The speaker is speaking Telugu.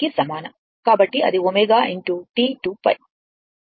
కాబట్టి అది ω T 2 π